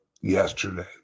yesterday